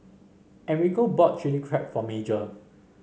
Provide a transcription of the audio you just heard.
Enrico bought Chili Crab for Major